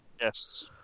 Yes